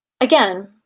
Again